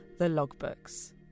TheLogbooks